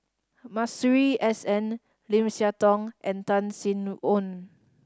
Masuri S N Lim Siah Tong and Tan Sin Aun